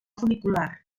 funicular